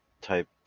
type